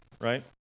right